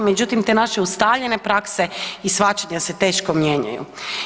Međutim, te naše ustaljene prakse i shvaćanja se teško mijenjaju.